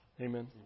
Amen